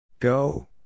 Go